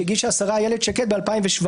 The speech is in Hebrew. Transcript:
שהגישה השרה אילת שקד ב-2017.